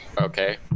Okay